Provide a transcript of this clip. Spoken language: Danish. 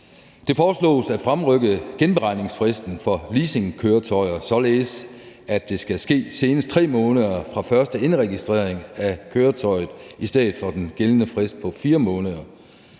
Det foreslås at fremrykke genberegningsfristen for leasingkøretøjer, således at det skal ske senest 3 måneder fra første indregistrering af køretøjet i stedet for den gældende frist på 4 måneder.